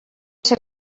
ser